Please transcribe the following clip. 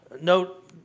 note